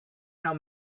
how